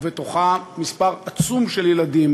ובתוכה מספר עצום של ילדים,